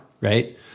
right